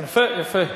יפה, יפה.